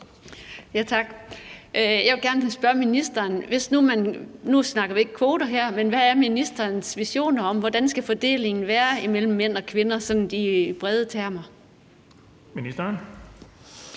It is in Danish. her, men jeg vil gerne spørge ministeren: Hvad er ministerens ambitioner om, hvordan fordelingen skal være mellem mænd og kvinder, sådan i brede termer? Kl.